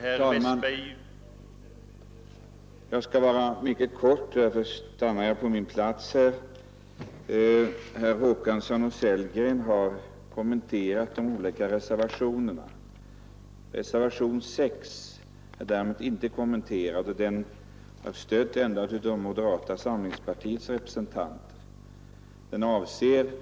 Herr talman! Jag skall fatta mig kort, och därför står jag kvar vid min plats i bänken. Herr Håkansson och herr Sellgren har här kommenterat samtliga reservationer utom reservationen 6, som har fått stöd endast av moderata samlingspartiets representanter. I den reservationen yrkas